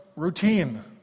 Routine